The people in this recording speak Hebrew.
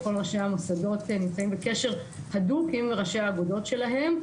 ראש ראשי המוסדות נמצאים בקשר הדוק עם ראשי האגודות שלהם.